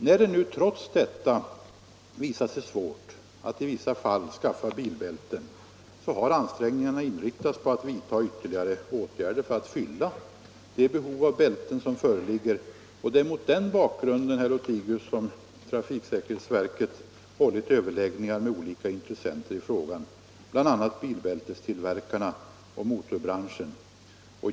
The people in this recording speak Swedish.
När det nu trots detta visar sig svårt i vissa fall att skaffa bilbälten, har ansträngningarna inriktats på att vidta ytterligare åtgärder för att fylla det behov av bälten som föreligger. Det är mot den bakgrunden, herr Lothigius, som trafiksäkerhetsverket hållit överläggningar med olika intressenter i frågan, bl.a. bilbältestillverkarna och motorbranschen.